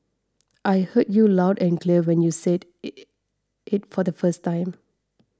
I heard you loud and clear when you said if for the first time